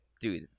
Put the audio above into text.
Dude